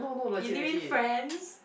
ah you need mean friends